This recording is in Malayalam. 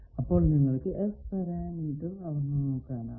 അപ്പോൾ നിങ്ങൾക്കു S പാരാമീറ്റർ അളക്കാനാകും